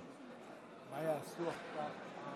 אנו